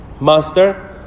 Master